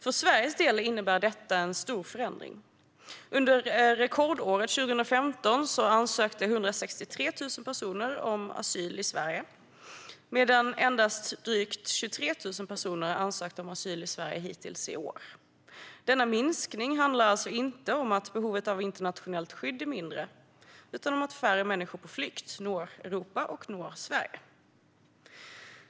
För Sveriges del innebär detta en stor förändring. Under rekordåret 2015 ansökte 163 000 personer om asyl i Sverige, medan endast drygt 23 000 personer har ansökt om asyl i Sverige hittills i år. Denna minskning handlar alltså inte om att behovet av internationellt skydd är mindre utan om att färre människor på flykt når Europa och Sverige.